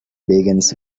begins